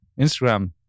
Instagram